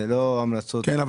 ולא על המלצות --- כן,